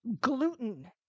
gluten